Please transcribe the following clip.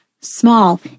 small